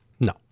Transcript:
No